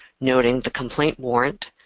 noting the complaint warrant,